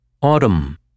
autumn